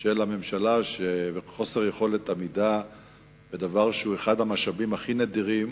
של הממשלה וחוסר יכולת עמידה בדבר שהוא אחד המשאבים הכי נדירים.